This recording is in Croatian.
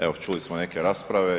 Evo, čuli smo neke rasprave.